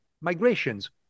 migrations